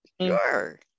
Sure